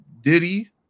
Diddy